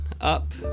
up